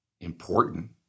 important